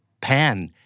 pan